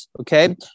okay